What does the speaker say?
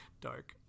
Dark